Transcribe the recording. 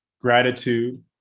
gratitude